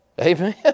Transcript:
Amen